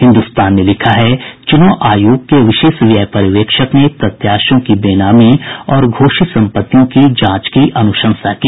हिन्दुस्तान ने लिखा है चुनाव आयोग के विशेष व्यय पर्यवेक्षक ने प्रत्याशियों की बेनामी और घोषित संपत्तियों की जांच की अन्शंसा की